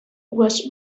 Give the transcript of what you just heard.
was